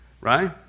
right